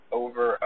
over